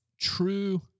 true